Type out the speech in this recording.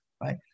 right